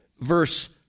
verse